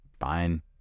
fine